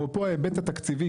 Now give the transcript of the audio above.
אפרופו ההיבט התקציבי,